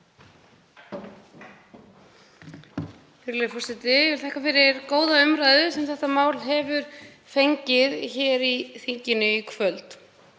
Virðulegi forseti. Ég þakka fyrir góða umræðu sem þetta mál hefur fengið í þinginu í kvöld